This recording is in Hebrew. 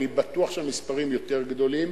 אני בטוח שהמספרים יותר גדולים.